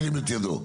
ירים את ידו.